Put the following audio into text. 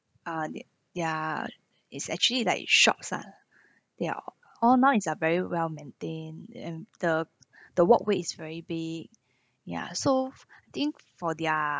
ah the ya is actually like shocks ah there are all now is ah very well maintained and the the walkway is very big ya so think for their